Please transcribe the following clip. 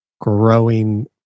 growing